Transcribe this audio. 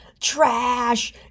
trash